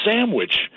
sandwich